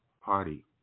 Party